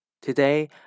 Today